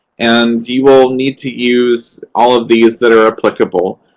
and you will need to use all of these that are applicable.